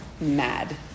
mad